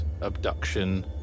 abduction